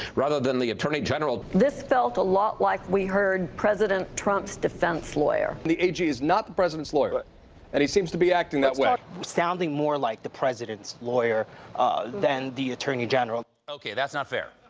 rather than the attorney general. this felt a lot like we heard president trump's defense lawyer. the a g is not the president's lawyer and he seems to be acting that way. sounding more like the president's lawyer than the attorney general. stephen that's not fair.